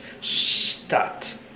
start